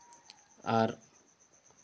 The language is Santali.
ᱟᱨ